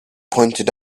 pointed